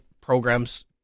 programs